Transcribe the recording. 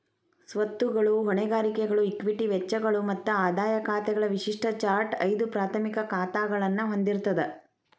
ಸ್ವತ್ತುಗಳು, ಹೊಣೆಗಾರಿಕೆಗಳು, ಇಕ್ವಿಟಿ ವೆಚ್ಚಗಳು ಮತ್ತ ಆದಾಯ ಖಾತೆಗಳ ವಿಶಿಷ್ಟ ಚಾರ್ಟ್ ಐದು ಪ್ರಾಥಮಿಕ ಖಾತಾಗಳನ್ನ ಹೊಂದಿರ್ತದ